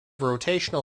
rotational